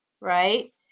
right